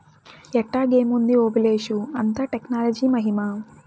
ఎట్టాగేముంది ఓబులేషు, అంతా టెక్నాలజీ మహిమా